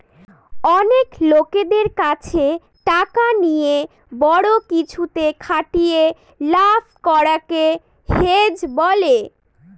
অনেক লোকদের কাছে টাকা নিয়ে বড়ো কিছুতে খাটিয়ে লাভ করাকে হেজ বলে